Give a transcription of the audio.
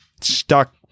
stuck